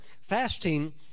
fasting